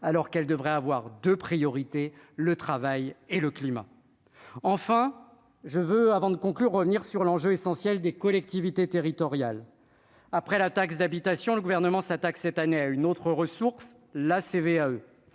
alors qu'elle devrait avoir de priorité le travail et le climat, enfin je veux avant de conclure : revenir sur l'enjeu essentiel des collectivités territoriales après la taxe d'habitation, le gouvernement s'attaque cette année à une autre ressource la CVAE,